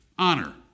Honor